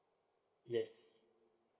yes